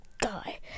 guy